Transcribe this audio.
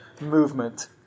movement